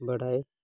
ᱵᱟᱲᱟᱭ